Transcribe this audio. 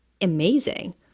amazing